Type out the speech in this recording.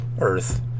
earth